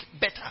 better